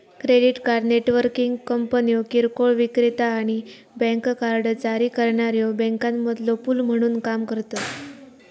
credit card networking कंपन्यो किरकोळ विक्रेता आणि बँक कार्ड जारी करणाऱ्यो बँकांमधलो पूल म्हणून काम करतत